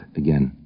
again